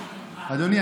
אדוני,